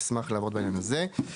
אשמח להבין בעניין הזה.